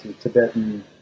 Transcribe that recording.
Tibetan